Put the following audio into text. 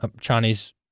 Chinese